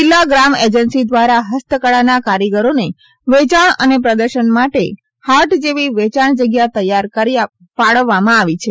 જિલ્લા ગ્રામ એજન્સી દ્વારા હસ્તકળાના કારીગરોને વેયાણ અને પ્રદર્શન માટે હાટ જેવી વેચાણ જગ્યા તૈયાર કરી ફાળવવામાં આવી છે